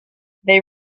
they